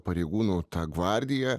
pareigūnų ta gvardija